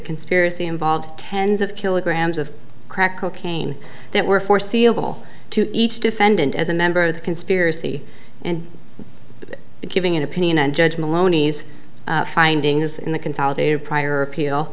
conspiracy involved tens of kilograms of crack cocaine that were foreseeable to each defendant as a member of the conspiracy and giving an opinion and judge maloney's findings in the consolidated prior appeal